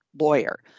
lawyer